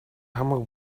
хамаг